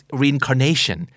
reincarnation